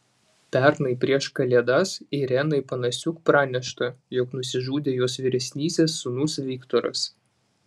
pernai prieš kalėdas irenai panasiuk pranešta jog nusižudė jos vyresnysis sūnus viktoras